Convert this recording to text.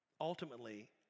Ultimately